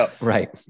right